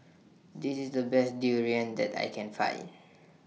This IS The Best Durian that I Can Find